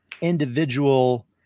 individual